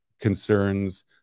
concerns